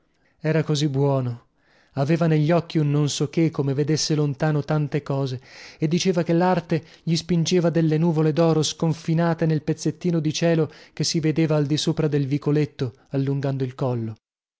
era così buono aveva negli occhi un non so che come vedesse lontano tante cose e diceva che larte gli pingeva delle nuvole doro sconfinate nel pezzettino di cielo che si vedeva al di sopra del vicoletto allungando il collo